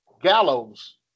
Gallows